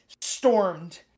stormed